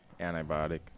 antibiotic